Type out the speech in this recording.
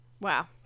Wow